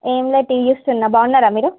ఏం లేదు టీవీ చూస్తున్న బాగున్నారా మీరు